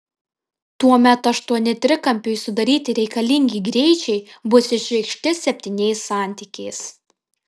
tuomet aštuoni trikampiui sudaryti reikalingi greičiai bus išreikšti septyniais santykiais